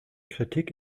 kritik